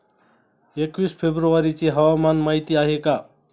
एकवीस फेब्रुवारीची हवामान माहिती आहे का?